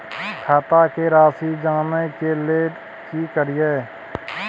खाता के राशि जानय के लेल की करिए?